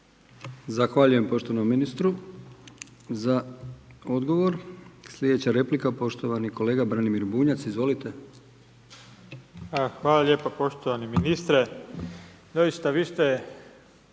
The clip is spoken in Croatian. Zahvaljujem poštovanom ministru za odgovor. Slijedeća replika poštovani kolega Branimir Bunjac. Izvolite. **Bunjac, Branimir (Živi